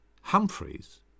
Humphreys